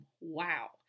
Wow